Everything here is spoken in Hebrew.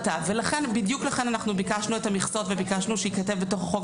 ההחלטה ובדיוק לכן אנחנו ביקשנו את המכסות וביקשנו שייכתב בתוך החוק,